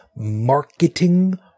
marketing